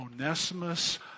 Onesimus